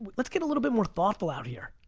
but let's get a little bit more thoughtful out here.